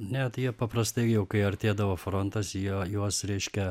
ne tai jie paprastai jau kai artėdavo frontas jo juos reiškia